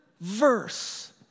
verse